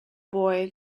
boy